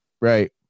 Right